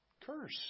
curse